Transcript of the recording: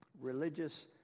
Religious